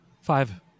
five